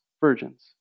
virgins